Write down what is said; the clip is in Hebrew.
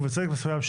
ובצדק מסוים,